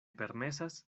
permesas